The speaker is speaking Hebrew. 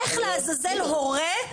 איך לעזאזל הורה,